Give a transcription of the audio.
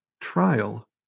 trial